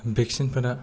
vaccine फोरा